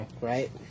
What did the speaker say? right